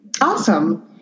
Awesome